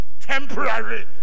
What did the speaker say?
temporary